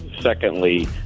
Secondly